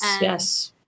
Yes